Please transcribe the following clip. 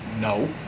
No